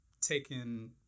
taken